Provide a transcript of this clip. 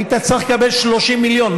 היית צריך לקבל 30 מיליון.